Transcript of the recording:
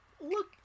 look